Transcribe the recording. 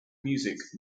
music